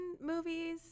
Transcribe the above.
movies